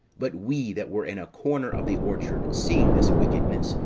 but we that were in a corner of the orchard, seeing this wickedness,